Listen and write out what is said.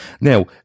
Now